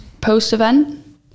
post-event